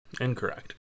Incorrect